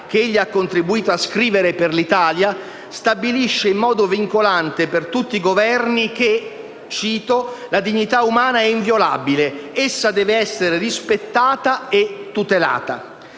che egli ha contribuito a scrivere per l'Italia, stabilisce in modo vincolante per tutti i Governi che: La dignità umana è inviolabile. Essa deve essere rispettata e tutelata».